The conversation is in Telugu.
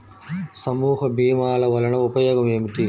సమూహ భీమాల వలన ఉపయోగం ఏమిటీ?